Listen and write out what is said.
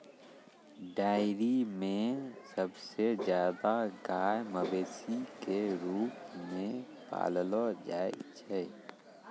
dairy म सबसे जादा गाय मवेशी क रूप म पाललो जाय छै